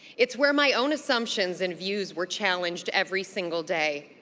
it's where my own assumptions and views were challenged every single day,